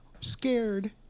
scared